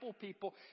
people